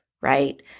right